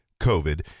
covid